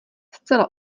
zcela